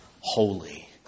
holy